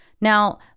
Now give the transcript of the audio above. Now